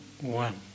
one